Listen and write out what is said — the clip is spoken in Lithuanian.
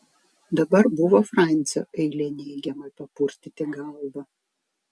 dabar buvo francio eilė neigiamai papurtyti galvą